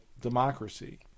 democracy